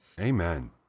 amen